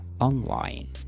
online